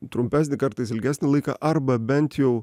trumpesnį kartais ilgesnį laiką arba bent jau